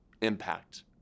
impact